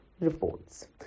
reports